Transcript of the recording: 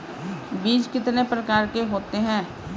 बीज कितने प्रकार के होते हैं?